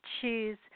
choose